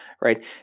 right